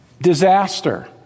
Disaster